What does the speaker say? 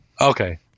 Okay